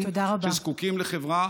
שזקוקים לחברה,